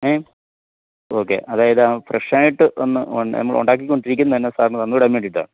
A okay അതായത് ഫ്രഷായിട്ട് വന്ന് നമ്മളുണ്ടാക്കിക്കൊണ്ടിരിക്കുന്നത് തന്നെ സാറിന് തന്നുവിടാന് വേണ്ടിയിട്ടാണ്